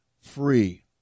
free